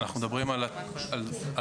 שמאשר את זה.